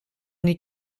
niet